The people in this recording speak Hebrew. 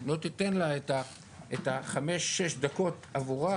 אם לא תתן לה את החמש-שש דקות עבורה,